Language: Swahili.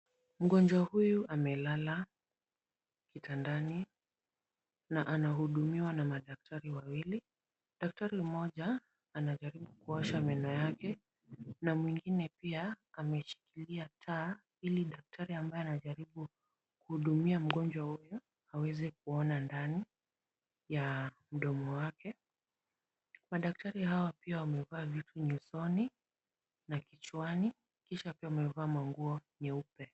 Mgojwa huyu amelala kitandani na anahudumiwa na madaktari wawili, daktari mmoja anajaribu kuosha meno yake na mwingine pia ameshikilia taa ili daktari ambaye anajaribu kuhudumia mgojwa huyo aweze kuona ndani ya mdomo wake, madaktari hawa pia wamevaa vitu nyusoni na kichwani kisha pia wamevaa nguo nyeupe.